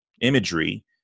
imagery